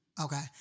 Okay